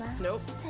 Nope